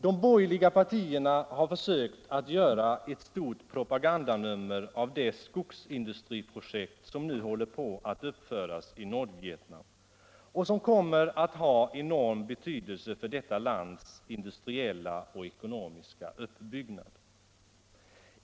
De borgerliga partierna har försökt göra ett stort propagandanummer av det skogsindustriprojekt som nu håller på att uppföras i Nordvietnam och som kommer att ha enorm betydelse för detta lands industriella och ekonomiska uppbyggnad.